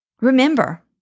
Remember